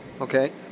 Okay